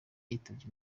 yitabye